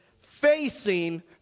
Facing